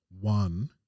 One